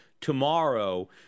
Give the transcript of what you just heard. tomorrow